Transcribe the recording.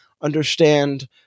understand